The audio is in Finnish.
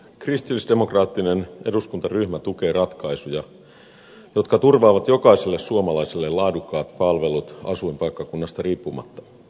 kristillisdemokraattinen eduskuntaryhmä tukee ratkaisuja jotka turvaavat jokaiselle suomalaiselle laadukkaat palvelut asuinpaikkakunnasta riippumatta